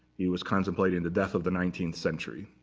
he was contemplating the death of the nineteenth century.